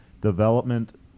development